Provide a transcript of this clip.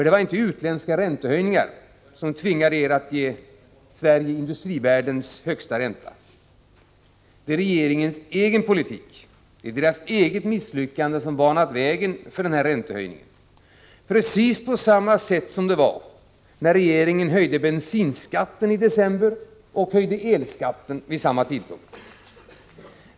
Det var inte utländska räntehöjningar som tvingade regeringen att ge Sverige industrivärldens högsta ränta. Det är regeringens egen politik, dess eget misslyckande som banat vägen för räntehöjningen, precis som det var när regeringen höjde bensinskatten och elskatten i december 1984.